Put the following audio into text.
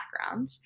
background